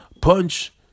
punch